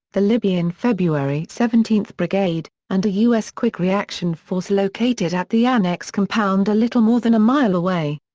the libyan february seventeen brigade, and a u s. quick reaction force located at the annex compound a little more than a mile away.